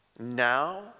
Now